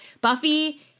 Buffy